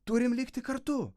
turim likti kartu